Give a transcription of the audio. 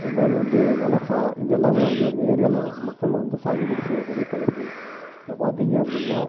இது மாதிரி வந்து மெளகாய் இது எல்லாமே வந்து எங்கள் ஏரியாவில் மக்கள் வந்து சாகுபடி செய்யக்கூடிய பயிர்கள் இப்போ பார்த்திங்க அப்படினா